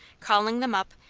calling them up,